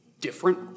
different